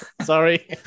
Sorry